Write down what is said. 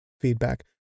feedback